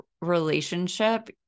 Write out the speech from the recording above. relationship